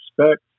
expect